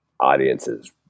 Audiences